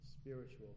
spiritual